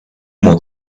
more